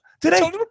today